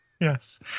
Yes